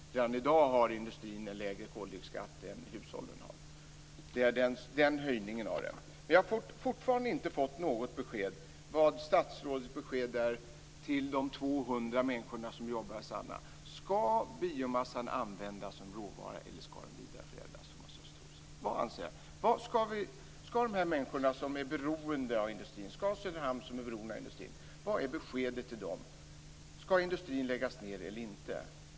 Redan i dag har industrin en lägre koldioxidskatt än hushållen. Jag har fortfarande inte fått höra vilket besked statsrådet vill ge till de 200 människorna som jobbar i Vad är beskedet till de människor som är beroende av industrin, till Söderhamn som är beroende av industrin? Skall industrin läggas ned eller inte?